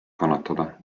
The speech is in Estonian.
kannatada